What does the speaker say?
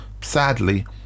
sadly